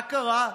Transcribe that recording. מה קרה?